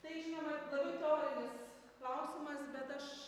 tai žinoma labiau retorinis klausimas bet aš